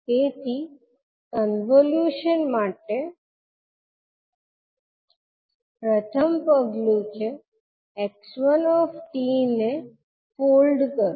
તેથી કોન્વોલ્યુશન માટે નું પ્રથમ પગલું છે 𝑥1𝑡 ને ફોલ્ડ કરવું